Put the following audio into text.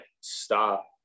stop